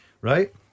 Right